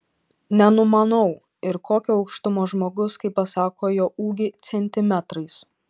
nenumanau ir kokio aukštumo žmogus kai pasako jo ūgį centimetrais